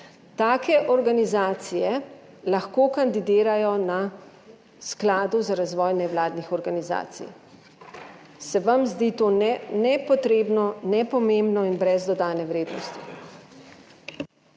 Take organizacije lahko kandidirajo na Skladu za razvoj nevladnih organizacij. Se vam zdi to nepotrebno, nepomembno in brez dodane vrednosti?